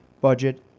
budget